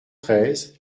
treize